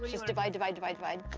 but just divide, divide, divide, divide.